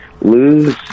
lose